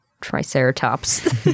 Triceratops